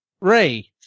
Ray